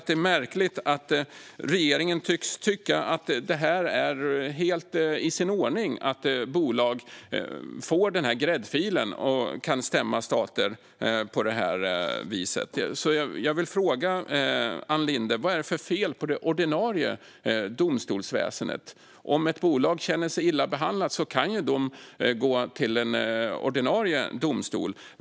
Det är märkligt att regeringen tycks tycka att det är helt i sin ordning att bolag får den gräddfilen och kan stämma stater på det viset. Jag vill fråga Ann Linde: Vad är det för fel på det ordinarie domstolsväsendet? Om ett bolag känner sig illa behandlat kan det gå till en ordinarie domstol.